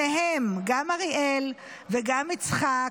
שניהם, גם אריאל וגם יצחק,